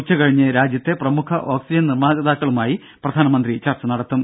ഉച്ചകഴിഞ്ഞ് രാജ്യത്തെ പ്രമുഖ ഓക്സിജൻ നിർമ്മാതാക്കളുമായി പ്രധാനമന്ത്രി ചർച്ച നടത്തും